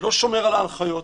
לא שומר על ההנחיות,